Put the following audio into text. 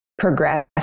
Progress